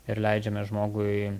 ir leidžiame žmogui